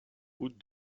route